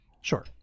sure